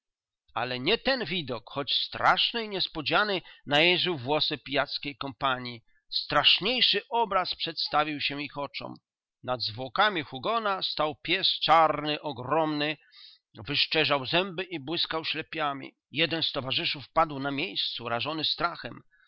ale nie ten widok choć straszny i niespodziany najeżył włosy pijackiej kompanii straszniejszy obraz przedstawił się ich oczom nad zwłokami hugona stał pies czarny ogromny wyszczerzał zęby i błyskał ślepiami jeden z towarzyszów padł na miejscu rażony strachem